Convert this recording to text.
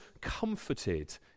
comforted